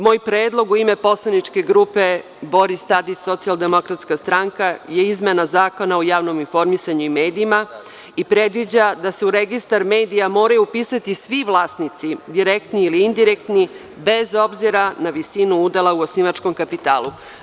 Moj predlog u ime poslaničke grupe Boris Tadić – SDS je izmena Zakona o javnom informisanju i medijima i predviđa da se u registar medija moraju upisati svi vlasnici direktni ili indirektni, bez obzira na visinu udela u osnivačkom kapitalu.